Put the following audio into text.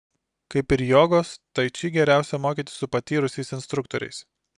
kaip ir jogos tai či geriausia mokytis su patyrusiais instruktoriais